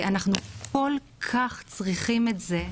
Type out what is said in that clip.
אנחנו כל כך צריכים את זה.